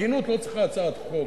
הגינות לא צריכה הצעת חוק.